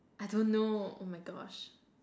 I don't know oh my gosh